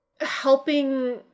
helping